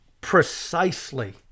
precisely